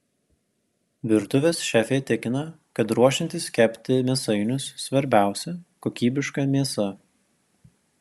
virtuvės šefė tikina kad ruošiantis kepti mėsainius svarbiausia kokybiška mėsa